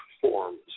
forms